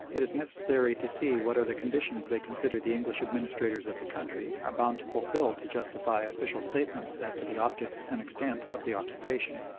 it is necessary to see what are the conditions they consider the english administrators of the country are bound to fulfil to justify official statements as to the objects and extent of the occupation.